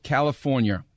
California